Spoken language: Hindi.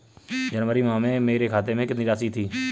जनवरी माह में मेरे खाते में कितनी राशि थी?